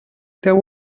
there